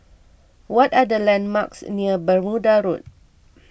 what are the landmarks near Bermuda Road